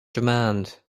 demand